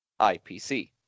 IPC